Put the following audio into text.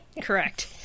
Correct